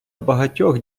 багатьох